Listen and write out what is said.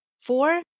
four